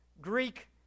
Greek